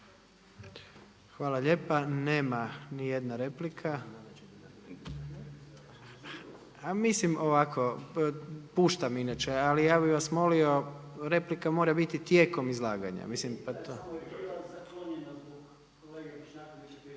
Hvala lijepa. Nema nijedna replika. …/Upadica se ne razumije./… Mislim ovako, puštam inače ali ja bih vas molio replika mora biti tijekom izlaganja.